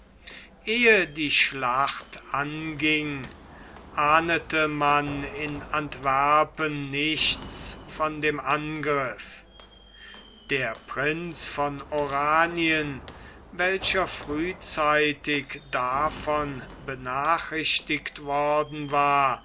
ehe die schlacht anging ahnete man in antwerpen nichts von dem angriff der prinz von oranien welcher frühzeitig davon benachrichtigt worden war